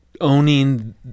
owning